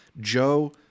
Joe